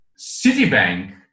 Citibank